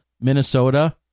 Minnesota